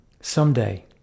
Someday